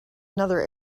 another